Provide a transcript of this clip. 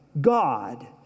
God